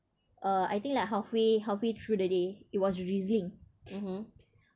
uh I think like halfway halfway through the day it was drizzling